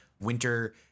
winter